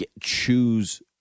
choose